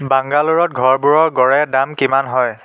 বাংগালোৰত ঘৰবোৰৰ গড়ে দাম কিমান হয়